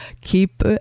keep